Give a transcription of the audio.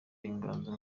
inganzo